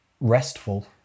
restful